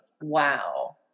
Wow